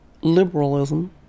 liberalism